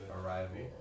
Arrival